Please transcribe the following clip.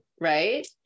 right